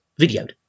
videoed